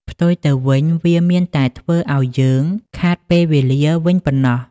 ផ្ទុយទៅវិញ វាមានតែធ្វើឱ្យយើងខាតពេលវេលាវិញប៉ុណ្ណោះ។